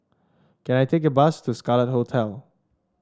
can I take a bus to Scarlet Hotel